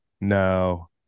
No